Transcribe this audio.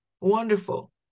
Wonderful